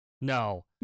No